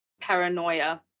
paranoia